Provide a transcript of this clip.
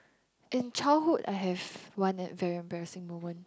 in childhood I have one that very embarrassing moment